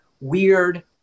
weird